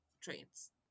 traits